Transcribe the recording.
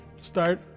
start